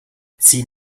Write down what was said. sie